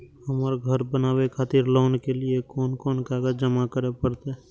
हमरा घर बनावे खातिर लोन के लिए कोन कौन कागज जमा करे परते?